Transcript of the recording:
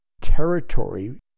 territory